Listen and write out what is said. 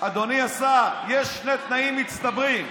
אדוני השר, יש שני תנאים מצטברים.